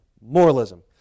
Moralism